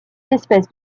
espèces